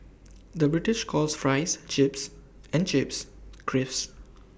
the British calls Fries Chips and Chips Crisps